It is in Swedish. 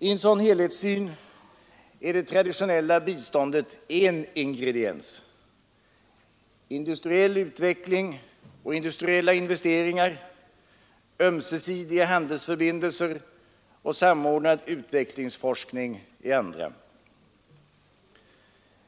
I en sådan helhetssyn är det traditionella biståndet en ingrediens; industriell utveckling och industriella investeringar, ömsesidiga handelsförbindelser och samordnad utvecklingsforskning är andra.